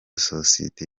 sosiyete